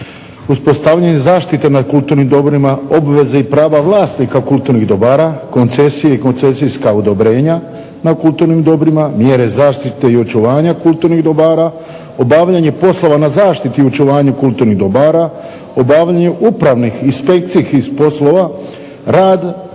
uspostavljanje zaštite nad kulturnim dobrima, obveze i prava vlasnika kulturnih dobara, koncesije i koncesijska odobrenja na kulturnim dobrima, mjere zaštite i očuvanja kulturnih dobara, obavljanje poslova na zaštiti i očuvanju kulturnih dobara, obavljanju upravnih, inspekcijskih poslova, rad